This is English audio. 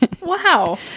wow